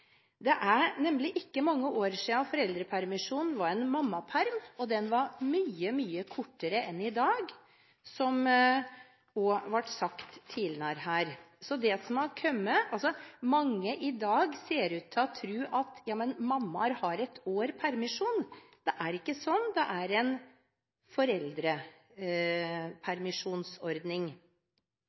det er nemlig ikke mange år siden foreldrepermisjonen var en mammaperm, og den var mye kortere enn i dag, som det også ble sagt her tidligere. Mange i dag ser ut til å tro at ja, men mammaer har ett års permisjon – det er ikke slik, det er en foreldrepermisjonsordning.